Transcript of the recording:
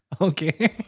Okay